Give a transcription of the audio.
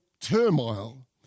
turmoil